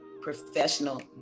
professional